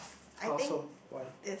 how so why